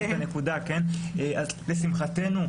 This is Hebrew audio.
לשמחתנו,